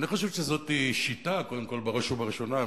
אני חושב שזאת שיטה בראש ובראשונה,